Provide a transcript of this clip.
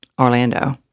Orlando